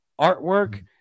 artwork